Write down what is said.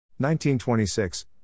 1926